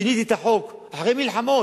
שיניתי את החוק, אחרי מלחמות,